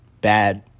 bad